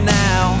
now